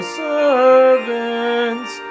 servants